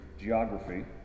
geography